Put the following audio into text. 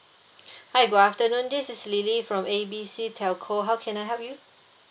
hi good afternoon this is lily from A B C telco how can I help you